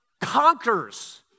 conquers